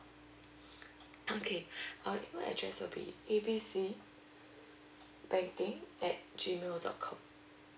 okay uh our email address will be A B C banking at G mail dot com